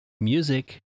music